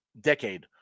decade